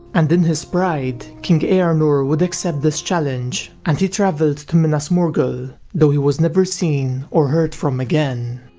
and in his pride, king earnur would accept this challenge, and he travelled to minas morgul though he was never seen or heard from again.